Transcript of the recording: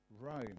Rome